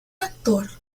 actor